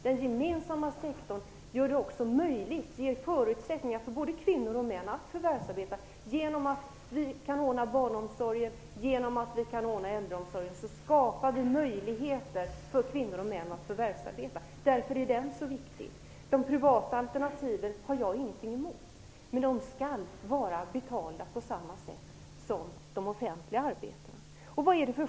Den gemensamma sektorn ger också förutsättningar för både kvinnor och män att förvärvsarbeta genom att barnomsorgen kan ordnas, genom att äldreomsorgen kan ordnas. Det skapar möjligheter för kvinnor och män att förvärvsarbeta, och därför är den gemensamma sektorn så viktig. De privata alternativen har jag inget emot, men de skall vara betalda på samma sätt som de offentliga arbetena.